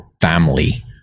family